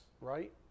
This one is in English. right